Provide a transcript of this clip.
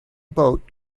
boat